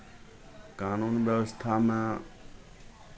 कानून व्यवस्थामे